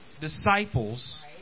disciples